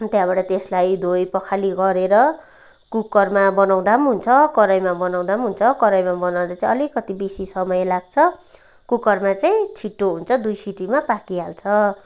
अनि त्यहाँबाट त्यसलाई धोई पखाली गरेर कुकरमा बनाउँदा पनि हुन्छ कराईमा बनाउँदा पनि हुन्छ कराईमा बनाउँदा चाहिँ अलिकति बेसी समय लाग्छ कुकरमा चाहिँ छिट्टो हुन्छ दुई सिटीमा पाकिहाल्छ